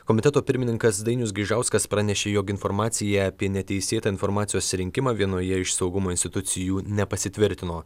komiteto pirmininkas dainius gaižauskas pranešė jog informacija apie neteisėtą informacijos rinkimą vienoje iš saugumo institucijų nepasitvirtino